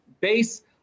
base